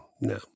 No